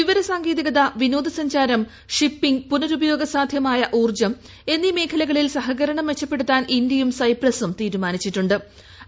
വിവരസാ്ങ്കേതികത വിനോദ സഞ്ചാരം ഷിപ്പിംഗ് പുനരുപയോഗ സാധ്യമായ ഊർജ്ജം എന്നീ മേഖലകളിൽ സഹകരണം മെച്ചപ്പെടുത്താൻ ഇന്ത്യയും സൈപ്രസും തീരുമാനിച്ചിട്ടു ്